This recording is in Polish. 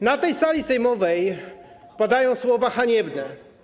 Na tej sali sejmowej padają słowa haniebne.